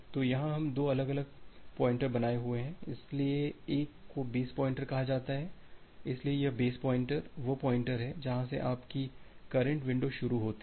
तो यहाँ हम दो अलग अलग पॉइंटर बनाए हुए हैं इसलिए एक को बेस पॉइंटर कहा जाता है इसलिए यह बेस पॉइंटर वह पॉइंटर है जहाँ से आपकी करंट विंडो शुरू होती है